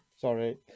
sorry